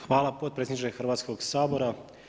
Hvala potpredsjedniče Hrvatskoga sabora.